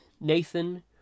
Nathan